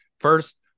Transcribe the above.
First